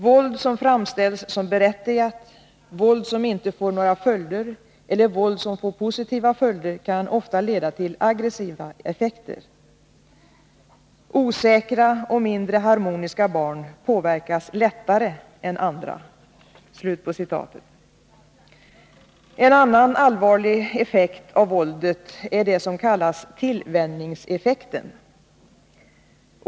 Våld som framställs som berättigat, våld som inte får några följder eller våld som får positiva följder kan ofta leda till aggressiva effekter. Osäkra och mindre harmoniska barn påverkas lättare än andra.” En annan allvarlig effekt av våldet är det som kallas tillvänjningseffekten.